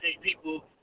people